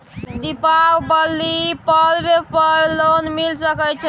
दीपावली पर्व पर लोन मिल सके छै?